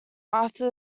after